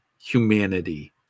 humanity